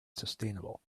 sustainable